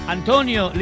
Antonio